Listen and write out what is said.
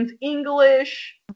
English